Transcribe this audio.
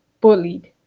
bullied